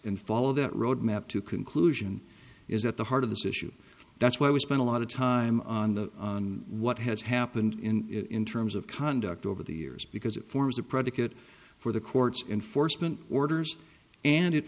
in follow that road map to conclusion is at the heart of this issue that's why we spend a lot of time on the what has happened in terms of conduct over the years because it forms a predicate for the court's enforcement orders and it